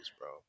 bro